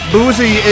Boozy